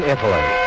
Italy